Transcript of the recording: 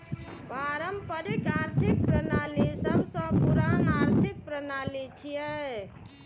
पारंपरिक आर्थिक प्रणाली सबसं पुरान आर्थिक प्रणाली छियै